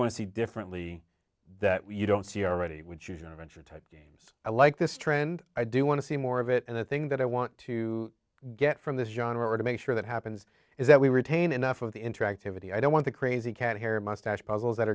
want to see differently that you don't see already with your mentor type i like this trend i do want to see more of it and the thing that i want to get from this genre to make sure that happens is that we retain enough of the interactivity i don't want the crazy cat hair moustache puzzles that